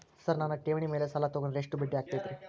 Sir ನನ್ನ ಠೇವಣಿ ಮೇಲೆ ಸಾಲ ತಗೊಂಡ್ರೆ ಎಷ್ಟು ಬಡ್ಡಿ ಆಗತೈತ್ರಿ?